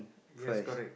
yes correct